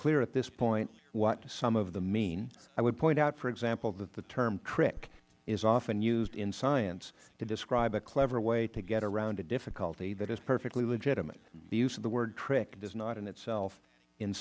clear at this point what some of them mean i would point out for example that the term trick is often used in science to describe a clever way to get around a difficulty that is perfectly legitimate the use of the word trick does not in itself in